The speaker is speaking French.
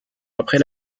après